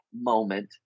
moment